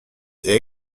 est